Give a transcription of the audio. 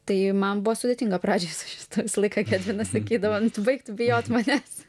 tai man buvo sudėtinga pradžioje su šis visą laiką gedvinas sakydavo baig tu bijot manęs